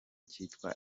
cyitwa